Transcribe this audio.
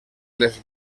les